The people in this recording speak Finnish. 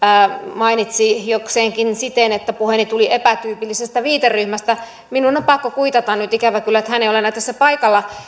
mainitsi jokseenkin siten että puheeni tuli epätyypillisestä viiteryhmästä minun on pakko kuitata nyt ikävä kyllä hän ei ole enää tässä paikalla